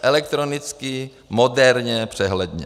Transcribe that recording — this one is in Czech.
Elektronicky, moderně, přehledně.